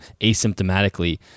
asymptomatically